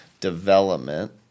development